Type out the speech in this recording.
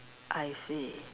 I see